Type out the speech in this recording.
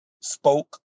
spoke